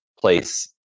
place